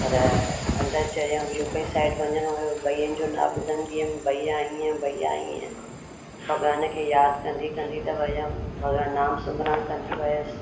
पर अंदर चढ़ियमि यूपी साइड वञणो हुयो भैयन जा न ॿुधंदी हुम भैया हीअं भैया हीअं भगवान खे याद केंदे कंदे त वयमि भगवान नाम सिमरण कंदी वयसि